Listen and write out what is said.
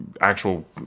actual